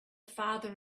father